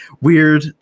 weird